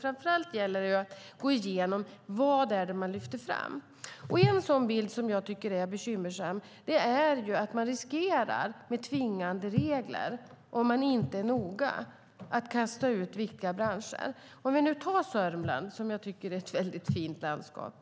Framför allt gäller det att gå igenom vad de lyfter fram. En bild som jag tycker är bekymmersam är att man med tvingande regler riskerar att kasta ut viktiga branscher om man inte är noga. Vi kan som exempel ta Sörmland, som jag tycker är ett fint landskap,